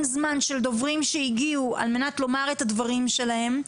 זמן של דוברים שהגיעו על מנת לומר את הדברים שלהם.